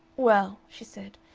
well, she said,